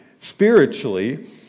spiritually